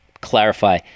clarify